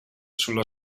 sulla